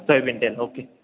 soybean तेल okay